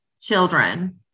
children